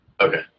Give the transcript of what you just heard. Okay